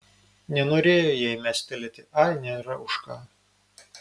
nenorėjo jai mestelėti ai nėra už ką